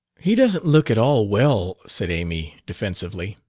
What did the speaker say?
he doesn't look at all well, said amy defensively.